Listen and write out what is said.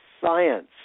science